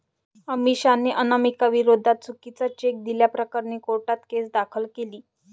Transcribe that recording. अमिषाने अनामिकाविरोधात चुकीचा चेक दिल्याप्रकरणी कोर्टात केस दाखल केली